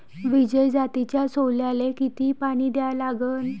विजय जातीच्या सोल्याले किती पानी द्या लागन?